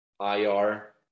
IR